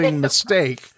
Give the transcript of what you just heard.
mistake